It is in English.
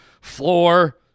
floor